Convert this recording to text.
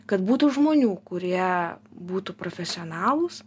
kad būtų žmonių kurie būtų profesionalūs